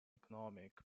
economic